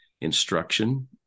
instruction